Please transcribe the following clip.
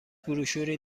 بروشوری